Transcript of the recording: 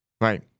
Right